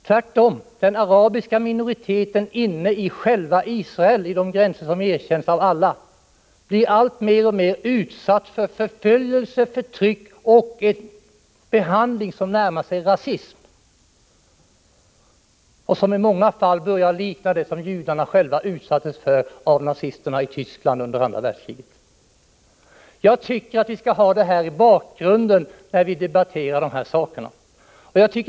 Tvärtom — den arabiska minoriteten inne i själva Israel, inom de gränser som har erkänts av alla, blir alltmer utsatt för förföljelse, förtryck och en behandling som närmar sig rasism och som i många fall börjar likna det som judarna själva utsattes för av nazisterna i Tyskland under andra världskriget. Jag tycker att vi skall ha detta i bakgrunden när vi debatterar de här frågorna.